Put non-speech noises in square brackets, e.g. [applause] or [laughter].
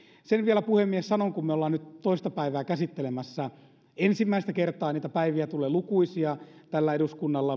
sen vielä puhemies sanon että kun me olemme nyt toista päivää käsittelemässä ensimmäistä kertaa niitä päiviä tulee lukuisia tälle eduskunnalle [unintelligible]